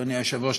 אדוני היושב-ראש,